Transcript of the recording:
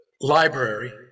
library